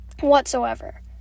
whatsoever